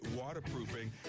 Waterproofing